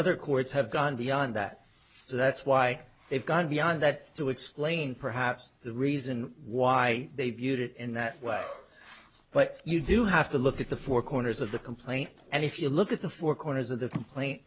other courts have gone beyond that so that's why they've got beyond that to explain perhaps the reason why they viewed it in that way but you do have to look at the four corners of the complaint and if you look at the four corners of the